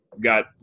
got